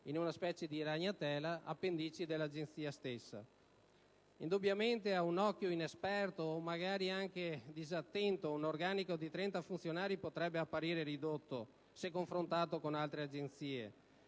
in una sorta di ragnatela, dell'Agenzia stessa. Indubbiamente, ad un occhio inesperto o magari anche disattento, un organico di 30 funzionari potrebbe apparire ridotto, se confrontato con altre agenzie,